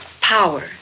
Power